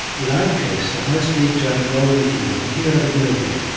in either case, the high speed giant rolling pin would appear out of nowhere,